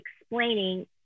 explaining